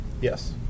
Yes